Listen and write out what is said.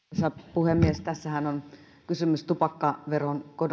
puhemies tässähän on kysymys tupakkaveron